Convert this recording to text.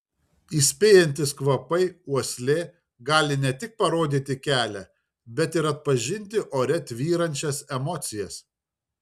įspėjantys kvapai uoslė gali ne tik parodyti kelią bet ir atpažinti ore tvyrančias emocijas